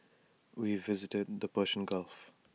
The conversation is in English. we visited the Persian gulf